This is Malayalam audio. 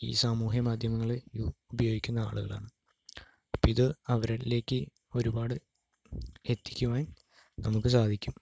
ഈ സാമൂഹ്യ മാധ്യമങ്ങള് ഉപയോഗിക്കുന്ന ആളുകളാണ് അപ്പോൾ ഇത് അവരിലേക്ക് ഒരുപാട് എത്തിക്കുവാൻ നമുക്ക് സാധിക്കും